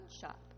shop